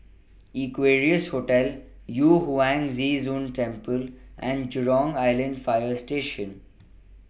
Equarius Hotel Yu Huang Zhi Zun Temple and Jurong Island Fire Station